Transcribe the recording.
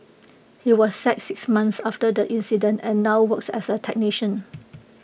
he was sacked six months after the incident and now works as A technician